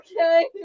okay